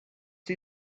see